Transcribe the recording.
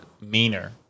meaner